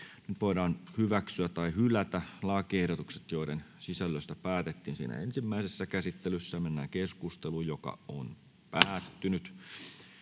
Nyt voidaan hyväksyä tai hylätä lakiehdotukset, joiden sisällöstä päätettiin ensimmäisessä käsittelyssä. 1. lakiehdotus tarkoittaa